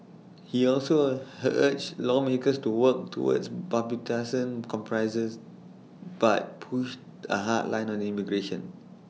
he also A her urged lawmakers to work toward bipartisan compromises but pushed A hard line on immigration